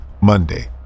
Monday